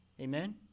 Amen